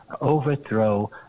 overthrow